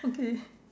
okay